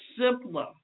simpler